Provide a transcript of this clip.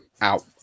out